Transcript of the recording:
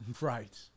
right